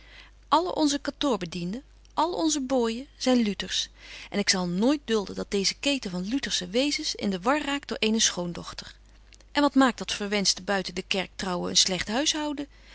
alle onze kantoorbedienden alle onze booijen zyn luters en ik zal nooit dulden dat deeze keten van lutersche wezens in de war raakt door eene schoondochter en wat maakt dat verwenschte buiten de kerk trouwen een slegt huishouden